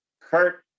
Kurt